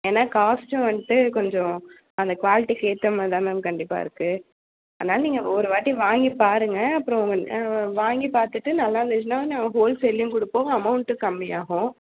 ஏன்னால் காஸ்ட்டும் வந்துட்டு கொஞ்சம் அந்த குவாலிட்டிக்கேற்ற மாதிரி தான் மேம் கண்டிப்பாக இருக்குது அதனால நீங்கள் ஒரு வாட்டி வாங்கி பாருங்க அப்புறம் வாங்கி பார்த்துட்டு நல்லாயிருந்துச்சுன்னா நாங்கள் ஹோல்சேல்லையும் கொடுப்போம் அமௌண்ட்டு கம்மியாகும்